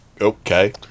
Okay